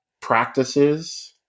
practices